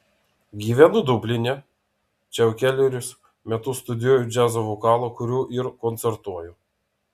gyvenu dubline čia jau kelerius metus studijuoju džiazo vokalą kuriu ir koncertuoju